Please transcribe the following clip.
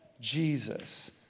Jesus